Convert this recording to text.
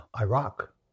Iraq